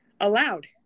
allowed